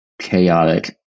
chaotic